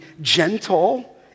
gentle